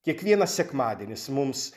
kiekvienas sekmadienis mums